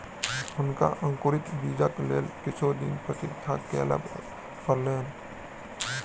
हुनका अंकुरित बीयाक लेल किछ दिन प्रतीक्षा करअ पड़लैन